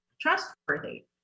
trustworthy